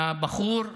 הבחור עולה,